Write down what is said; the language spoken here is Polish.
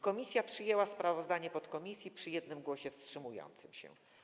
Komisja przyjęła sprawozdanie podkomisji przy jednym głosie wstrzymującym się.